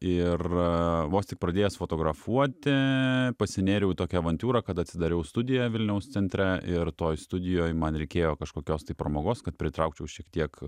ir vos tik pradėjęs fotografuoti pasinėriau į tokią avantiūrą kad atsidariau studiją vilniaus centre ir toj studijoj man reikėjo kažkokios tai pramogos kad pritraukčiau šiek tiek